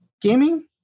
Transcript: gaming